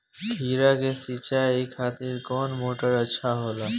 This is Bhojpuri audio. खीरा के सिचाई खातिर कौन मोटर अच्छा होला?